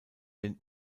den